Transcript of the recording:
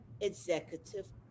executive